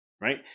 right